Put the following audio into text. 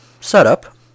setup